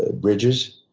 ah bridges.